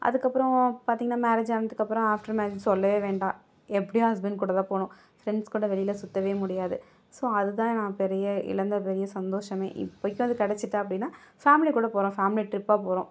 அதுக்கப்புறம் பார்த்திங்னா மேரேஜ் ஆனதுக்கு அப்புறம் அஃப்டர் மேரேஜ் சொல்லவே வேண்டாம் எப்படியும் ஹஸ்பண்ட் கூட தான் போகணும் ஃப்ரெண்ட்ஸ் கூட வெளியில் சுற்றவே முடியாது ஸோ அதுதான் நான் பெரிய இழந்த பெரிய சந்தோஷமே இப்பேக்கும் அது கிடச்சிட்டா அப்படினா ஃபேமிலி கூட போகிறோம் ஃபேமிலி ட்ரிப்பாக போகிறோம்